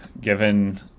given